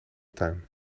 tuin